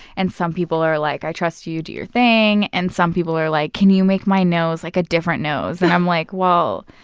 and some people are like, i trust you. do your thing. and some people are like, can you make my nose like a different nose? and i'm like, well,